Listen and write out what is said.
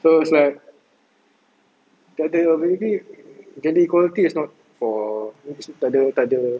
so is like takde really gender quality is not for takde takde